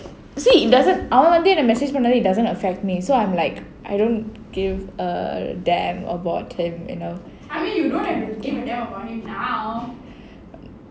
for [what] I already rejected him no I I I don't I mean you see it doesn't அவன் வந்து:avan vandhu message it doesn't affect me so I'm like I don't give a damn about him now